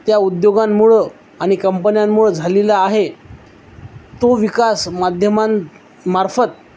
त्या उद्योगांमुळं आणि कंपन्यांमुळं झालेला आहे तो विकास माध्यमांमार्फत